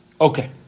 Okay